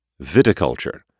Viticulture